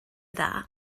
dda